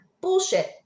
bullshit